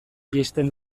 jaisten